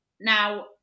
now